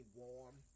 warm